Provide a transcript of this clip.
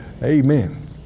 Amen